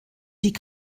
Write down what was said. die